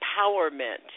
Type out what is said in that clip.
empowerment